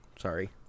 Sorry